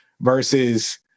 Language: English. versus